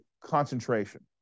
concentration